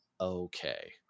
okay